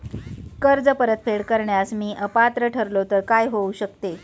कर्ज परतफेड करण्यास मी अपात्र ठरलो तर काय होऊ शकते?